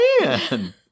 man